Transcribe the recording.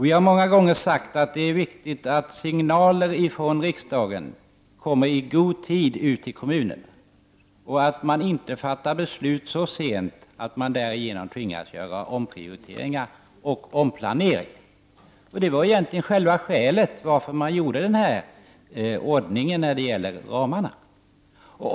Vi har många gånger sagt att det är viktigt att signaler från riksdagen kommer i god tid ut till kommunerna och att man inte fattar beslut så sent att kommunerna därigenom tvingas göra ompioriteringar och omplanering. Det är egentligen det som är skälet till att denna ordning med ramar har införts.